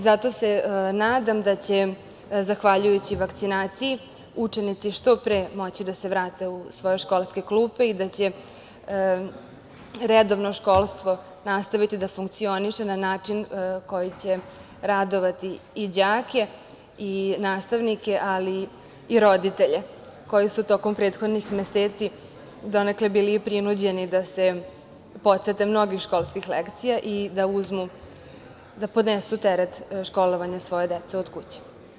Zato se nadam da će zahvaljujući vakcinaciji učenici što pre moći da se vrate u svoje školske klupe i da će redovno školstvo nastaviti da funkcioniše na način koji će radovati i đake i nastavnike, ali i roditelje, koji su tokom prethodnih meseci donekle bili i prinuđeni da se podsete mnogih školskih lekcija i da podnesu teret školovanja svoje dece od kuće.